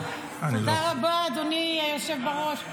תודה רבה, אדוני היושב בראש.